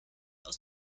aus